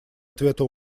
ответа